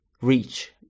reach